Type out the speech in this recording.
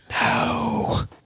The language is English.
No